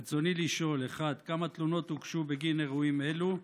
רצוני לשאול: 1. כמה תלונות הוגשו בגין אירועים אלו?